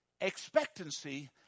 Expectancy